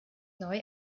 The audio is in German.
neu